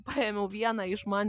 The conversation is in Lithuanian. paėmiau vieną iš man